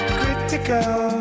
critical